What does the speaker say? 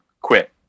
quit